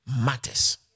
matters